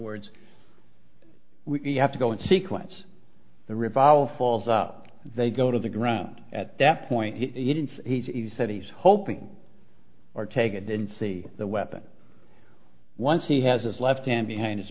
words we have to go in sequence the revolver falls up they go to the ground at that point he didn't he said he's hoping ortega didn't see the weapon once he has his left hand behind his